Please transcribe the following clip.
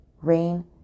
rain